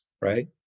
right